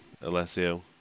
Alessio